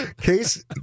Case